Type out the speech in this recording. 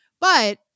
But-